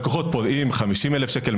לקוחות פורעים 50,000 שקל,